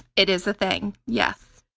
it is a thing. yes.